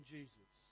Jesus